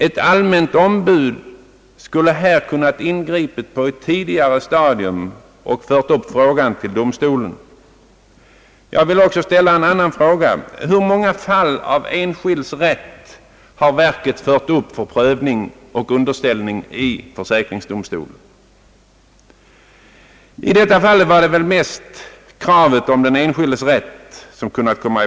Ett allmänt ombud skulle här kunnat ingripa på ett tidigare stadium och föra upp frågorna till försäkringsdomstolen. Jag vill också ställa en annan fråga: Hur många ärenden om enskilds rätt har verket fört upp till prövning i försäkringsdomstolen? Det jag nu har sagt gäller mest den enskildes rätt.